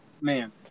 man